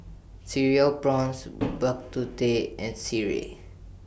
Cereal Prawns Bak Kut Teh and Sireh